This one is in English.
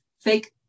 fake